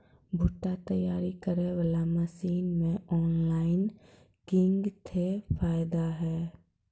भुट्टा तैयारी करें बाला मसीन मे ऑनलाइन किंग थे फायदा हे?